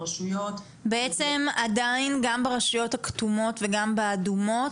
ברשויות -- עדין גם ברשויות הכתומות וגם באדומות,